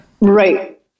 Right